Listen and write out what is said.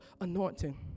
anointing